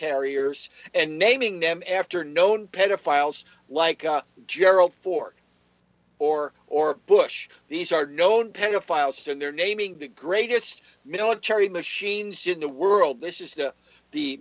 carriers and naming them after known pedophiles like gerald ford or or bush these are known pedophiles and they're naming the greatest military machines in the world this is the the